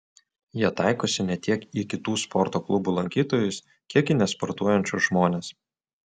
jie taikosi ne tiek į kitų sporto klubų lankytojus kiek į nesportuojančius žmones